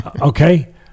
Okay